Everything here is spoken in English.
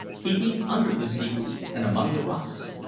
peeping under the seaweed and among the rocks.